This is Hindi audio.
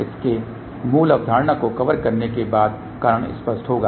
इसके मूल अवधारणा को कवर करने के बाद कारण स्पष्ट होंगi